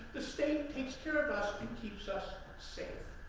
the state takes care of us and keeps us safe.